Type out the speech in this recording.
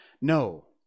no